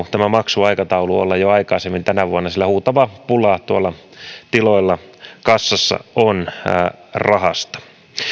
tämä maksuaikataulu olla jo aikaisemmin tänä vuonna sillä huutava pula tuolla tiloilla kassassa on rahasta